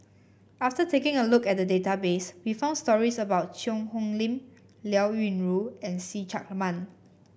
after taking a look at database we found stories about Cheang Hong Lim Liao Yingru and See Chak Mun